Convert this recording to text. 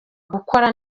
gukora